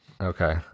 Okay